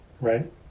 right